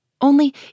Only